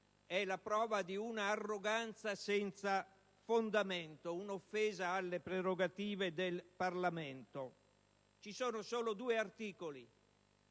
è la prova di un'arroganza senza fondamento, un'offesa alle prerogative del Parlamento. Ci sono solo due articoli.